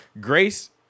Grace